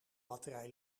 batterij